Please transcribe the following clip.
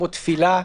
כמו תפילה,